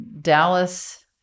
Dallas